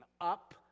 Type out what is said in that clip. up